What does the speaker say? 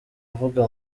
avuga